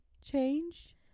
change